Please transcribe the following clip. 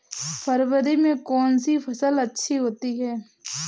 फरवरी में कौन सी फ़सल अच्छी होती है?